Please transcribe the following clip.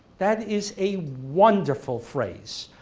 that is a wonderful phrase.